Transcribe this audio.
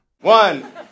One